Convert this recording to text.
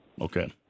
Okay